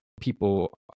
people